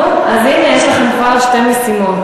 נו, אז הנה, יש לכם כבר שתי משימות: